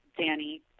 Danny